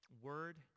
word